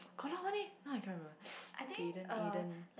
got a lot one eh now I cannot remember Jayden Aden